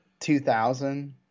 2000